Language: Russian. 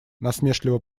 насмешливо